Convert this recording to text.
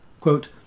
quote